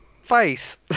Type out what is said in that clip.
face